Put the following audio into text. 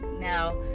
Now